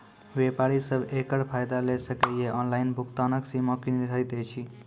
व्यापारी सब एकरऽ फायदा ले सकै ये? ऑनलाइन भुगतानक सीमा की निर्धारित ऐछि?